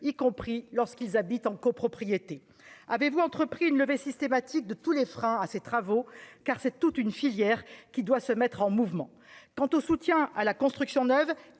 y compris lorsqu'ils habitent en copropriété, avez-vous entrepris une levée systématique de tous les freins à ces travaux, car c'est toute une filière qui doit se mettre en mouvement, quant au soutien à la construction neuve